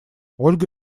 ольга